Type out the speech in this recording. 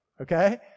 okay